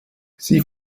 sie